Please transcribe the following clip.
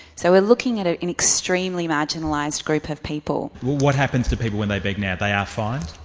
so we're looking at at an extremely marginalised group of people. what happens to people when they beg now? they are fined?